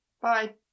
Bye